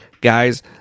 guys